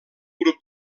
grup